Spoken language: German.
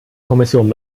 kommission